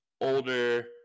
Older